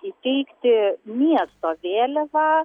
įteikti miesto vėliavą